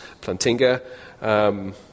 Plantinga